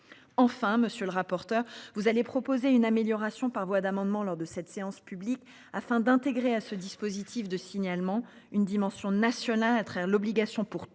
Enfin monsieur le rapporteur. Vous allez proposer une amélioration par voie d'amendement lors de cette séance publique afin d'intégrer à ce dispositif de signalement une dimension nationale à travers l'obligation pour toutes